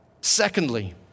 Secondly